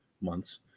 months